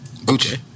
Gucci